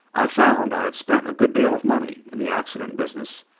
i found i had spent a good deal of money in the accident business,